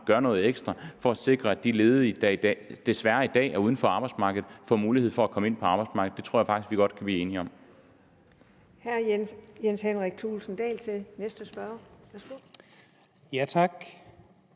gør noget ekstra for at sikre, at de ledige, der desværre i dag er uden for arbejdsmarkedet, får mulighed for at komme ind på arbejdsmarkedet. Det tror jeg faktisk vi godt kan blive enige om. Kl. 14:44 Den fg. formand (Karen J.